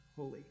holy